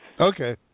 Okay